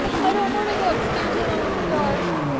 i don't want to go upstairs alone in the dark.